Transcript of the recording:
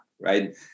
right